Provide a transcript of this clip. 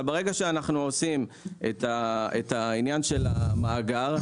ברגע שאנחנו עושים את העניין של המאגר,